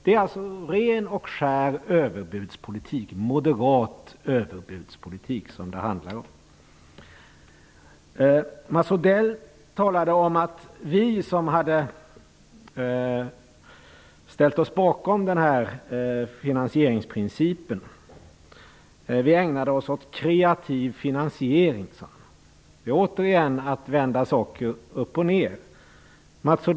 Det är ren och skär moderat överbudspolitik som det handlar om. Mats Odell sade att vi som hade ställt oss bakom den aktuella finansieringsprincipen ägnade oss åt alltför kreativ finansiering. Det är återigen att vända saker upp och ned.